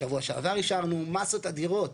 בשבוע שעבר אישרנו מסות אדירות,